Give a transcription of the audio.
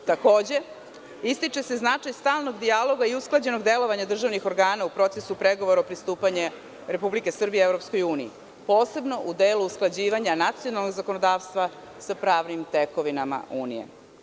Ističe se značaj stalnog dijaloga i usklađenog delovanja državnih organa u procesu pregovora pristupanju Srbije EU, posebno u delu usklađivanja nacionalnog zakonodavstva sa pravnim tekovinama EU.